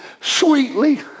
sweetly